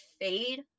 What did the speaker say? fade